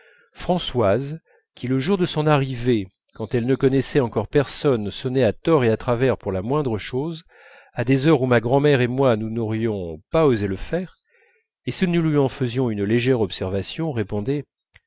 françoise qui le jour de son arrivée quand elle ne connaissait encore personne sonnait à tort et à travers pour la moindre chose à des heures où ma grand'mère et moi nous n'aurions pas osé le faire et si nous lui en faisions une légère observation répondait